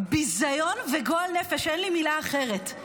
ביזיון וגועל נפש, אין לי מילה אחרת.